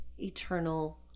eternal